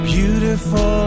Beautiful